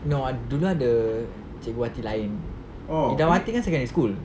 no dulu ada cikgu wati lain idawati kan secondary school